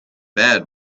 bad